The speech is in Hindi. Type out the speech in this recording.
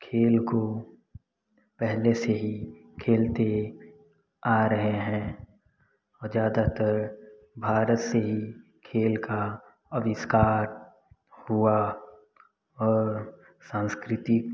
खेल को पहले से ही खेलते आ रहे हैं और ज़्यादातर भारत से ही खेल का आविष्कार हुआ और सांस्कृतिक